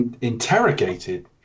interrogated